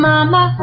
Mama